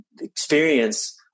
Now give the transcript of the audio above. experience